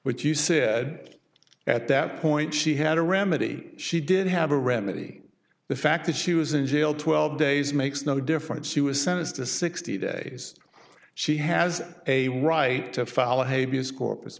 but you said at that point she had a remedy she did have a remedy the fact that she was in jail twelve days makes no difference she was sentenced to sixty days she has a right to follow habe use corpus